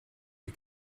you